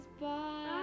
Bye